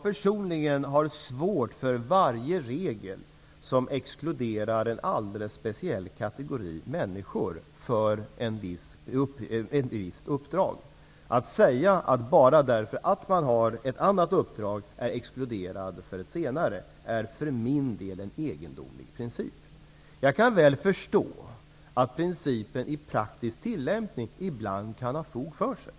Personligen har jag svårt för varje regel som exkluderar en alldeles speciell kategori människor för ett visst uppdrag. Att man bara för att man har ett annat uppdrag är exkluderad för ett annat är för min del en egendomlig princip. Jag kan förstå att denna princip i praktisk tillämpning ibland kan ha fog för sig.